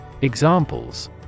Examples